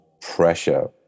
pressure